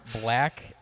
black